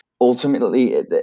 ultimately